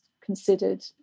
considered